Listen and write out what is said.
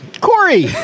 Corey